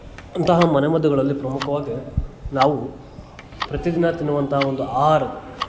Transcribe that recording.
ಅಂತಹ ಮನೆ ಮದ್ದುಗಳಲ್ಲಿ ಪ್ರಮುಖವಾಗಿ ನಾವು ಪ್ರತೀ ದಿನ ತಿನ್ನುವಂಥ ಒಂದು ಆಹಾರವು